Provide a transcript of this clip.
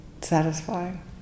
satisfying